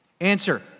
Answer